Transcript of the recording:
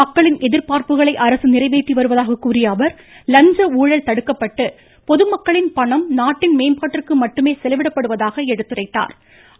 மக்களின் எதிர்பார்ப்புகளை அரசு நிறைவேற்றி வருவதாக கூறிய அவர் லஞ்ச ஊழல் தடுக்கப்பட்டு பொதுமக்களின் பணம் நாட்டின் மேம்பாட்டிற்கு மட்டுமே செலவிடப்படுவதாக எடுத்துரைத்தாா்